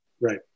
Right